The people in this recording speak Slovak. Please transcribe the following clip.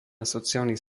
sociálnych